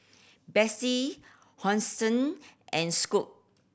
Betsy Hosen and Scoot